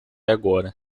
agora